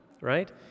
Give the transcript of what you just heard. right